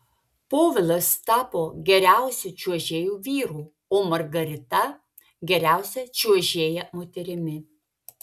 povilas tapo geriausiu čiuožėju vyru o margarita geriausia čiuožėja moterimi